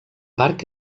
parc